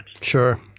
Sure